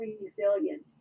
resilient